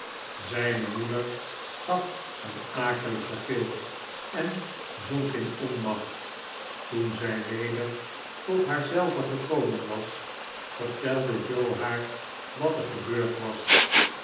zijne moeder gaf een akeligen gil en zonk in onmacht toen zij weder tot haar zelve gekomen was vertelde joe haar wat er gebeurd was